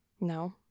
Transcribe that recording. No